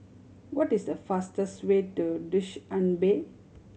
what is the fastest way to Dushanbe